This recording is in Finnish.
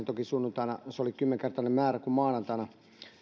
toki sunnuntaina se oli kymmenkertainen määrä kuin maanantaina